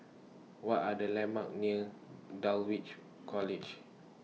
What Are The landmarks near Dulwich College